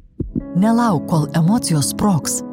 nelauk kol emocijos sprogs